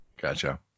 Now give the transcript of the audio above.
Gotcha